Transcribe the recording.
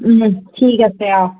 ঠিক আছে অ'